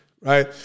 Right